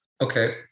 Okay